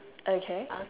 okay